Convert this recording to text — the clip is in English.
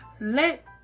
let